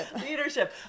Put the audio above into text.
leadership